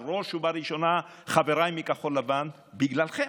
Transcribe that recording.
בראש ובראשונה, חבריי מכחול לבן, בגללכם.